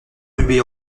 rubé